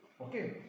Okay